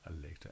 later